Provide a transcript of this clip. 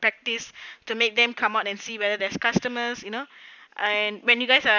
practice to make them come out and see whether there's customers you know and when you guys are